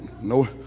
no